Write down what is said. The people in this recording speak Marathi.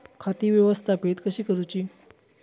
खाती व्यवस्थापित कशी करूची?